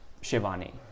Shivani